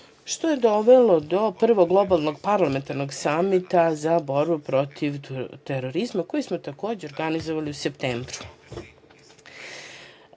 što je dovelo do prvog Globalnog parlamentarnog samita za borbu protiv terorizma, koji smo takođe organizovali u septembru.S